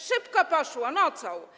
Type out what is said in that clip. Szybko poszło, nocą.